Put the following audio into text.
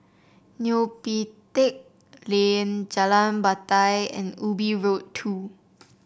Neo Pee Teck Lane Jalan Batai and Ubi Road Two